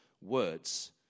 words